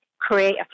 create